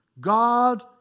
God